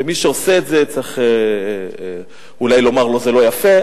מי שעושה את זה צריך אולי לומר לו: זה לא יפה.